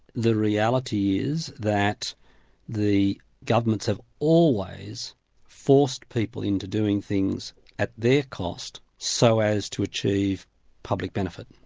the reality is that the governments have always forced people into doing things at their cost so as to achieve public benefit.